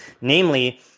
namely